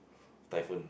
typhoon